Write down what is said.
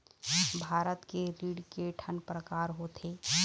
भारत के ऋण के ठन प्रकार होथे?